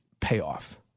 payoff